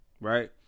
right